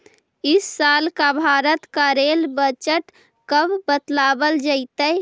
इस साल का भारत का रेल बजट कब बतावाल जतई